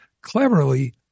cleverly